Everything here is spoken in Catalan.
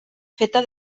feta